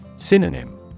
Synonym